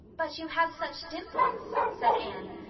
but you have such dimples, said anne,